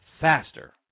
faster